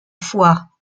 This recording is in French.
fois